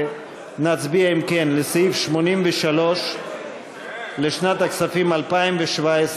נצביע, אם כן, על סעיף 83 לשנת הכספים 2017,